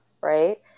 right